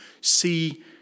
see